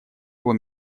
его